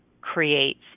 creates